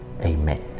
Amen